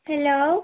hello